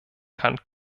kann